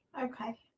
Okay